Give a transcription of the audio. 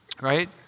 Right